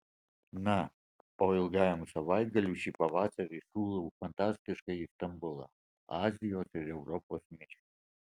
na o ilgam savaitgaliui šį pavasarį siūlau fantastiškąjį stambulą azijos ir europos mišinį